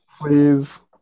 please